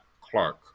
Clark